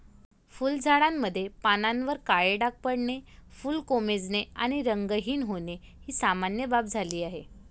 फुलझाडांमध्ये पानांवर काळे डाग पडणे, फुले कोमेजणे आणि रंगहीन होणे ही सामान्य बाब झाली आहे